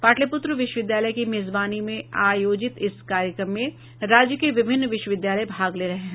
पाटलिप्त्र विश्वविद्यालय की मेजबानी में आयोजित इस कार्यक्रम में राज्य के विभिन्न विश्वविद्यालय भाग ले रहे हैं